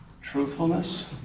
truthfulness